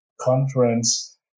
conference